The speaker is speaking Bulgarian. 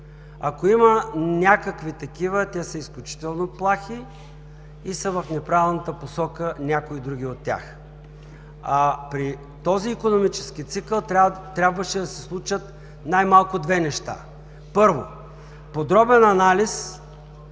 Ако има някакви такива, те са изключително плахи и са в неправилната посока, някои други от тях. При този икономически цикъл трябваше да се случат най-малко две неща – първо, подробен анализ